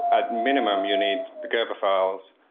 at minimum, you need the gerber files,